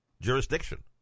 jurisdiction